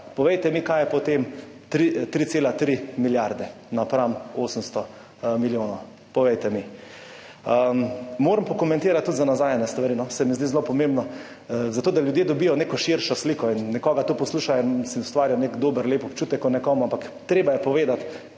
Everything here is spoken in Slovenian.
Povejte mi, kaj je potem 3,3 milijarde napram 800 milijonom. Povejte mi. Pokomentirati moram tudi za nazaj ene stvari, se mi zdi zelo pomembno, zato da ljudje dobijo neko širšo sliko. Nekdo to posluša in si ustvarja nek dober, lep občutek o nekom, ampak treba je povedati,